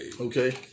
okay